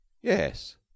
Yes